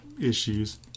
issues